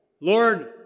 Lord